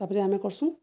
ତାପରେ ଆମେ କରସୁଁ